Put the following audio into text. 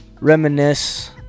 Reminisce